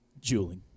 Jeweling